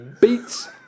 Beats